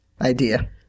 idea